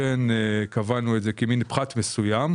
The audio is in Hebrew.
בסיגריות האלקטרוניות